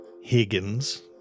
Higgins